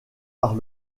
par